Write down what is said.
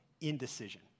indecision